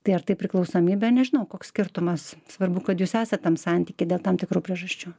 tai ar tai priklausomybė nežinau koks skirtumas svarbu kad jūs esat tam santyky dėl tam tikrų priežasčių